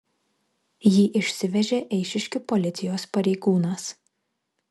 jį išsivežė eišiškių policijos pareigūnas